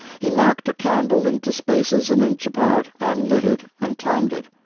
he marked a candle into spaces an inch apart, and lit it and timed it.